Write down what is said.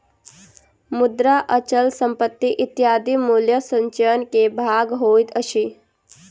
मुद्रा, अचल संपत्ति इत्यादि मूल्य संचय के भाग होइत अछि